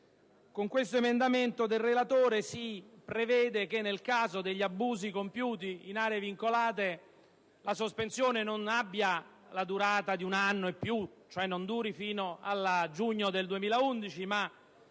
Con questo emendamento del relatore si prevede che, nel caso degli abusi compiuti in aree vincolate, la sospensione non abbia la durata di più di un anno, cioè non duri fino al giugno 2011, ma